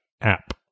app